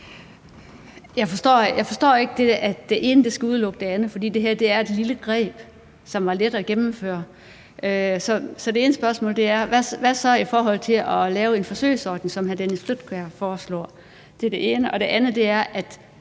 Jeg forstår ikke, at det ene skal udelukke det andet, for det her er et lille greb, som er let at gennemføre. Så det ene spørgsmål er: Hvad så med at lave en forsøgsordning, som hr. Dennis Flydtkjær foreslår? Det er det ene. Det andet handler om, at